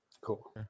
Cool